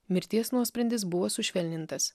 mirties nuosprendis buvo sušvelnintas